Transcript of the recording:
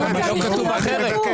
לא כתוב אחרת.